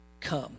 come